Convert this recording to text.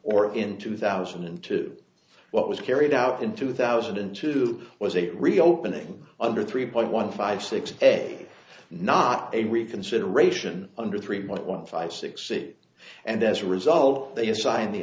or in two thousand and two what was carried out in two thousand and two was a reopening under three point one five six a not a reconsideration under three month one five six it and as a result they assigned the